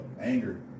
Anger